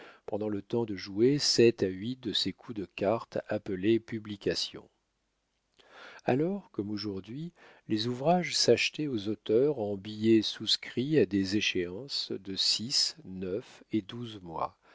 pendant le temps de jouer sept à huit de ces coups de cartes appelés publications alors comme aujourd'hui les ouvrages s'achetaient aux auteurs en billets souscrits à des échéances de six neuf et douze mois